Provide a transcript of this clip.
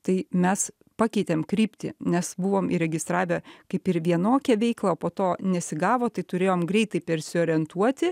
tai mes pakeitėm kryptį nes buvom įregistravę kaip ir vienokia veikla po to nesigavo tai turėjom greitai persiorientuoti